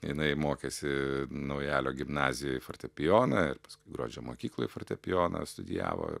jinai mokėsi naujalio gimnazijoj fortepijoną gruodžio mokykloj fortepijoną studijavo